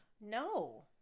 No